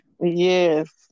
Yes